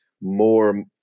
more